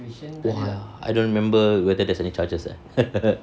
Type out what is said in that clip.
!wah! I don't remember whether there's any charges eh